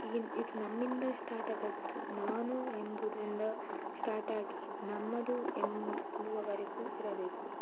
ಈ ಇದು ನಮ್ಮಿಂದ ಸ್ಟಾಟಾದದ್ದು ನಾನು ಎಂಬುದರಿಂದ ಸ್ಟಾರ್ಟ್ ಆಗಿ ನಮ್ಮದು ಎಂಬುವವರೆಗೂ ಇರಬೇಕು